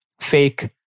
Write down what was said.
Fake